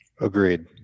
Agreed